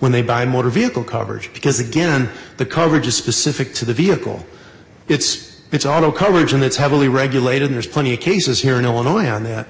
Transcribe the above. when they buy motor vehicle coverage because again the coverage is specific to the vehicle it's its auto coverage and it's heavily regulated there's plenty of cases here in illinois on that